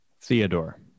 Theodore